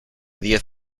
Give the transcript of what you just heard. diez